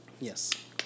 Yes